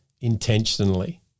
intentionally